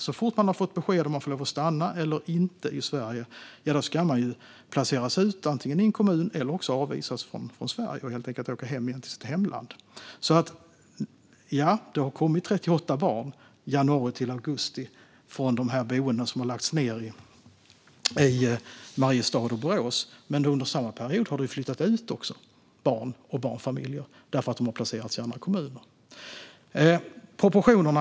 Så fort man har fått besked om man får lov att stanna i Sverige ska man antingen placeras ut i en kommun eller avvisas från Sverige och helt enkelt åka hem till sitt hemland igen. Ja, det har kommit 38 barn från januari till augusti från de boenden som har lagts ned i Mariestad och Borås, men under samma period har barn och barnfamiljer också flyttat ut därför att de har placerats i andra kommuner. Det handlar återigen om proportionerna.